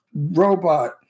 robot